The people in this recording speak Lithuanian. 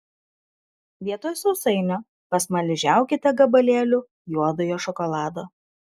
vietoj sausainio pasmaližiaukite gabalėliu juodojo šokolado